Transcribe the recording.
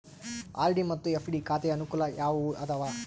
RD ಮತ್ತು FD ಖಾತೆಯ ಅನುಕೂಲ ಯಾವುವು ಅದಾವ?